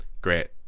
great